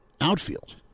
outfield